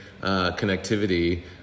connectivity